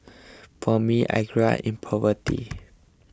for me I in poverty